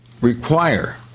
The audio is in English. require